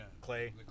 clay